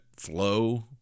flow